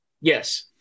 Yes